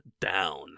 down